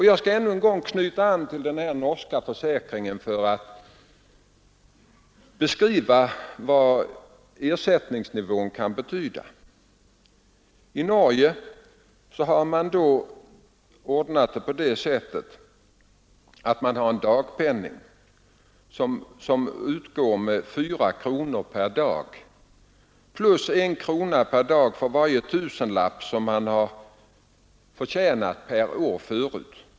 Jag skall ännu en gång knyta an till den norska försäkringen för att beskriva vad ersättningsnivån kan betyda. I Norge har man ordnat det på det sättet att en dagspenning utgår med 4 kronor plus 1 krona per dag för varje tusenlapp som vederbörande har förtjänat per år tidigare.